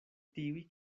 tiuj